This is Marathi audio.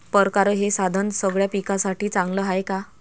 परकारं हे साधन सगळ्या पिकासाठी चांगलं हाये का?